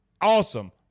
Awesome